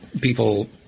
People